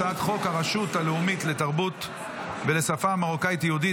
הצעת חוק הרשות הלאומית לתרבות ולשפה המרוקאית-יהודית,